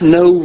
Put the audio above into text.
no